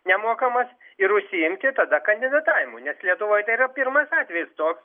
nemokamas ir užsiimti tada kandidatavimu nes lietuvoj tai yra pirmas atvejis toks